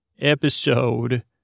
episode